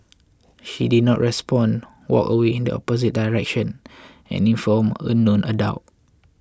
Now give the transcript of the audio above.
she did not respond walked away in the opposite direction and informed a known adult